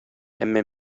әмма